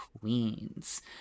Queens